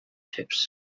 tips